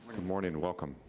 morning and welcome.